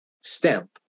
stamp